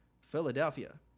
Philadelphia